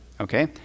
Okay